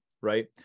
right